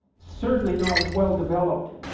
certainly not as well developed